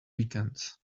weekends